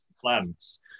plants